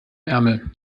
ärmel